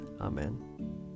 Amen